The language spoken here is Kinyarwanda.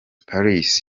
paris